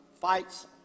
fights